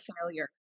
failure